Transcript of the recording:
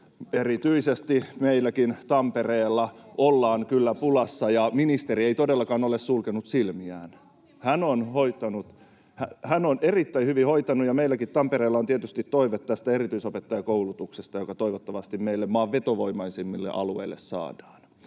Erityisesti meillä Tampereellakin ollaan kyllä pulassa, ja ministeri ei todellakaan ole sulkenut silmiään, [Veronika Honkasalon välihuuto] hän on erittäin hyvin hoitanut, ja meillä Tampereellakin on tietysti toive tästä erityisopettajakoulutuksesta, joka toivottavasti meille, maan vetovoimaisimmalle alueelle, saadaan.